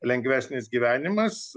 lengvesnis gyvenimas